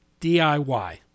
DIY